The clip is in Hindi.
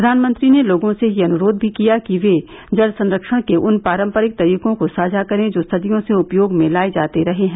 प्रधानमंत्री ने लोगों से यह अनुरोध भी किया कि ये जल संरक्षण के उन पारम्परिक तरीकों को साझा करें जो सदियों से उपयोग में लाए जाते रहे हैं